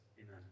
amen